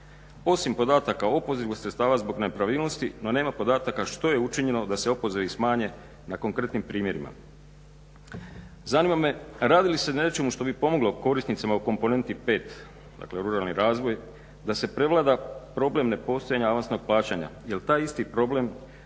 Osim podataka o opozivu sredstava zbog nepravilnosti, no nema podataka što je učinjeno da se opozivi smanje na konkretnim primjerima. Zanima me radi li se o nečemu što bi pomoglo korisnicima u komponenti V, dakle ruralni razvoj, da se prevlada problem nepostojanja avansnog plaćanja. Jer taj isti problem